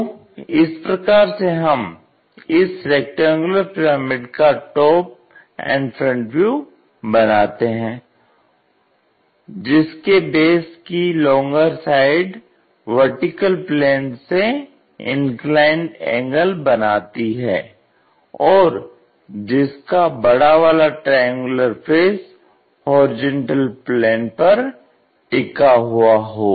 तो इस प्रकार से हम इस रेक्टेंगुलर पिरामिड का टॉप एंड फ्रंट व्यू बनाते हैं जिसके बेस की लॉन्गर साइड VP से इंक्लाइंड एंगल बनाती है और जिसका बड़ा वाला ट्रायंगुलर फेस HP पर टिका हुआ है